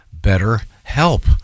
BetterHelp